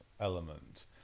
element